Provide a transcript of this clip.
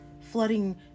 flooding